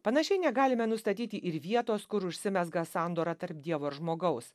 panašiai negalime nustatyti ir vietos kur užsimezga sandora tarp dievo ir žmogaus